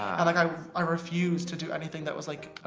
i like i i refuse to do anything. that was like